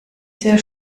sehr